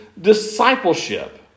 discipleship